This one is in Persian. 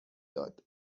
داد